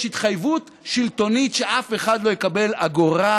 יש התחייבות שלטונית שאף אחד לא יקבל אגורה